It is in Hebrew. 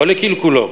לא לקלקולו,